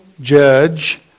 judge